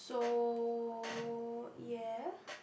so yeah